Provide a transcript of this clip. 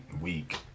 week